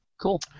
cool